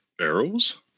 arrows